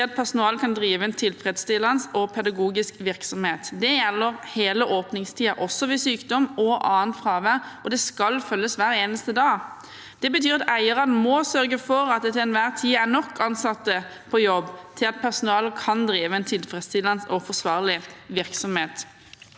til at personalet kan drive en tilfredsstillende pedagogisk virksomhet. Det gjelder i hele åpningstiden, også ved sykdom og annet fravær, og det skal følges hver eneste dag. Det betyr at eierne må sørge for at det til enhver tid er nok ansatte på jobb til at personalet kan drive en tilfredsstillende og forsvarlig virksomhet.